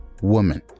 woman